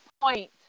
point